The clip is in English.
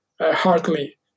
hardly